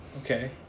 okay